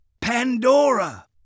Pandora